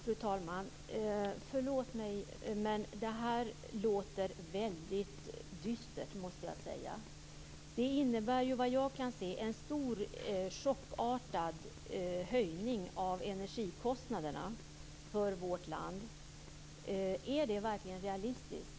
Fru talman! Förlåt mig, men det här låter väldigt dystert, måste jag säga. Det innebär ju vad jag kan se en stor, chockartad höjning av energikostnaderna för vårt land. Är det verkligen realistiskt?